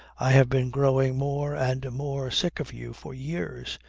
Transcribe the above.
i have been growing more and more sick of you for years.